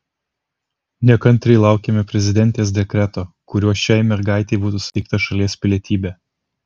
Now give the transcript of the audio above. nekantriai laukiame prezidentės dekreto kuriuo šiai mergaitei būtų suteikta šalies pilietybė